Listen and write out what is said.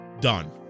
done